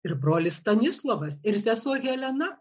ir brolis stanislovas ir sesuo helena